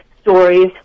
stories